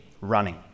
running